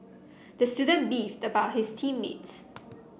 the student beefed about his team mates